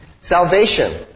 Salvation